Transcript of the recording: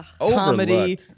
comedy